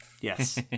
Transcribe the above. Yes